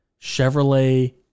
Chevrolet